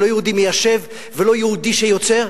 לא יהודי מיישב ולא יהודי שיוצר,